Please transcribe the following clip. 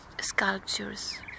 sculptures